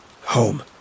Home